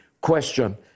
question